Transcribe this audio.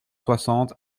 soixante